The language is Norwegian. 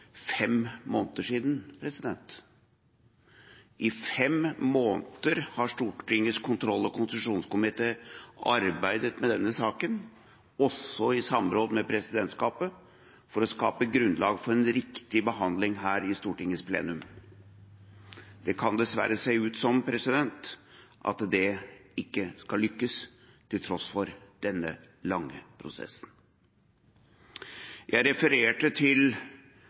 fem måneder siden. I fem måneder har Stortingets kontroll- og konstitusjonskomité arbeidet med denne saken, også i samråd med presidentskapet, for å skape grunnlag for en riktig behandling her i Stortingets plenum. Det kan dessverre se ut som at det ikke skal lykkes til tross for denne lange prosessen. Jeg refererte til